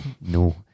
No